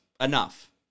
enough